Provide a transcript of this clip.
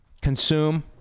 consume